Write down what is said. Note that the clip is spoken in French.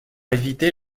éviter